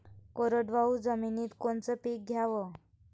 कोरडवाहू जमिनीत कोनचं पीक घ्याव?